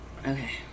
Okay